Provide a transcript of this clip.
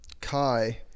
Kai